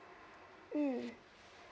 mm